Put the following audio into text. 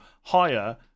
higher